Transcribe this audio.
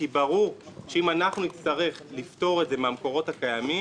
כי ברור שאם אנחנו נצטרך לפתור את זה מהמקורות הקיימים,